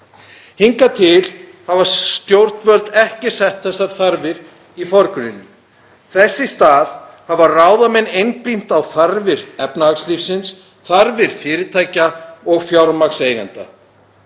Hingað til hafa stjórnvöld ekki sett þessar þarfir í forgrunn. Þess í stað hafa ráðamenn einblínt á þarfir efnahagslífsins, þarfir fyrirtækja og fjármagnseigenda.